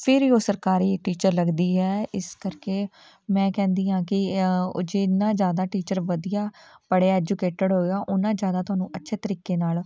ਫਿਰ ਹੀ ਉਹ ਸਰਕਾਰੀ ਟੀਚਰ ਲੱਗਦੀ ਹੈ ਇਸ ਕਰਕੇ ਮੈਂ ਕਹਿੰਦੀ ਹਾਂ ਕਿ ਜਿੰਨਾ ਜ਼ਿਆਦਾ ਟੀਚਰ ਵਧੀਆ ਪੜ੍ਹਿਆ ਐਜੂਕੇਟਡ ਹੋਏਗਾ ਓਨਾ ਜ਼ਿਆਦਾ ਤੁਹਾਨੂੰ ਅੱਛੇ ਤਰੀਕੇ ਨਾਲ